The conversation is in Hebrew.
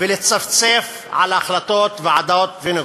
ולצפצף על החלטות ועדת וינוגרד.